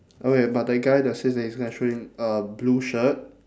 oh wait but the guy that says that he's gonna shoot him uh blue shirt